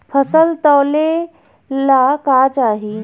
फसल तौले ला का चाही?